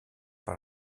par